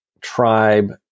tribe